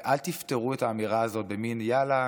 ואל תפטרו את האמירה הזאת במין: יאללה,